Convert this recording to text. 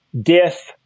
Diff